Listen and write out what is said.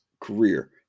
career